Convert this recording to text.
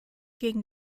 gegen